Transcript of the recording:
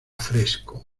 fresco